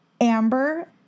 Amber